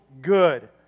good